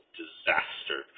disaster